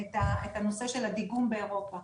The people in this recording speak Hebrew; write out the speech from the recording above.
את הנושא של הדיגום באירופה.